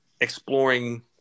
exploring